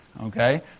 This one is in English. Okay